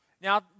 Now